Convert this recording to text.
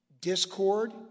discord